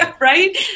Right